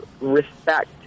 respect